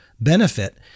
benefit